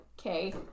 okay